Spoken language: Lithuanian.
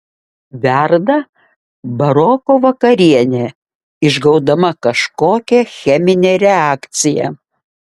verda baroko vakarienė išgaudama kažkokią cheminę reakciją